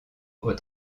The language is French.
aux